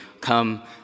come